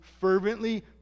fervently